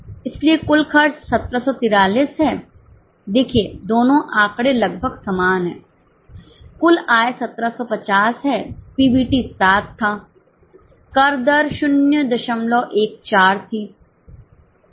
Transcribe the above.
इसलिए कुल खर्च 1743 है देखिए दोनों आंकड़े लगभग समान हैं कुल आय 1750 हैपीबीटी 7 था कर दर 014 थी